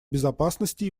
безопасности